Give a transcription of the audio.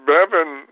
Bevin